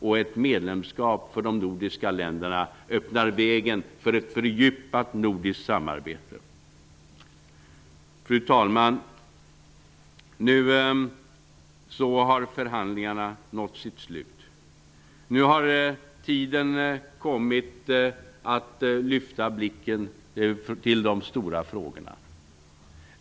Ett medlemskap för de nordiska länderna öppnar vägen för ett fördjupat nordiskt samarbete. Fru talman! Nu har förhandlingarna nått sitt slut. Tiden har kommit för att lyfta blicken till de stora frågorna.